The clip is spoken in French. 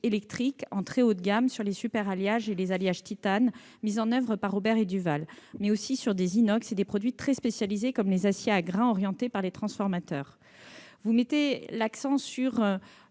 très haut de gamme sur les superalliages et les alliages de titane mis en oeuvre par Aubert et Duval, ainsi que par des inox et des produits très spécialisés, comme les aciers à grains orientés par les transformateurs. Vous mettez l'accent sur